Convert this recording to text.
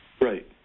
Right